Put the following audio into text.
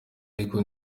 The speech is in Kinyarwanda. ariko